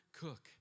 Cook